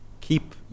keep